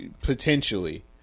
potentially